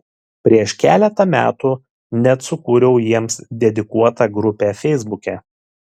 prieš keletą metų net sukūriau jiems dedikuotą grupę feisbuke